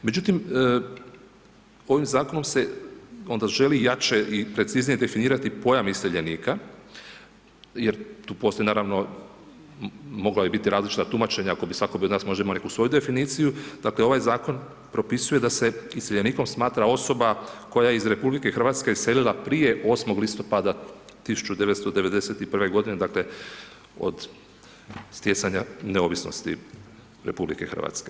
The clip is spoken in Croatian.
Međutim, ovih zakonom se onda želi jače i preciznije definirati pojam iseljenika jer tu postoje naravno, mogla bi biti različita tumačenja, ako bi svatko od nas bi možda bi imao neku svoju definiciju, dakle ovaj zakon propisuje da se iseljenikom smatra osoba koja je iz RH iselila prije 8. listopada 1991. godine, dakle, od stjecanja neovisnosti RH.